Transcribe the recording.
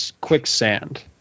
quicksand